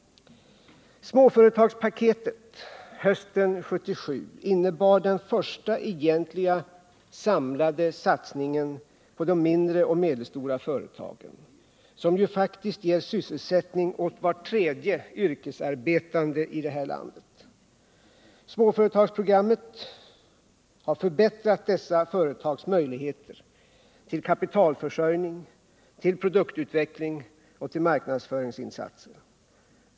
Småföretagspaketet hösten 1977 innebar den första egentliga samlade satsningen på de mindre och medelstora företagen, som ju faktiskt ger sysselsättning åt var tredje yrkesarbetande här i landet. Småföretagsprogrammet har förbättrat dessa företags möjligheter till kapitalförsörjning, produktutveckling och marknadsföring.